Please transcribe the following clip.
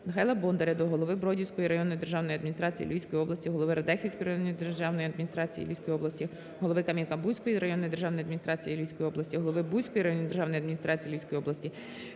Михайла Бондаря до голови Бродівської районної державної адміністрації Львівської області, голови Радехівської районної державної адміністрації Львівської області, голови Кам'янка-Бузької районної державної адміністрації Львівської області, голови Буської районної державної адміністрації Львівської області